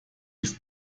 ist